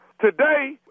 Today